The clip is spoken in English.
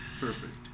Perfect